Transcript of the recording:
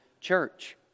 Church